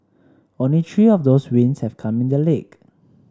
only three of those wins have come in the league